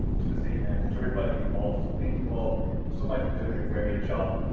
to the city manager, to everybody involved. so thank you all so much for doing a great job,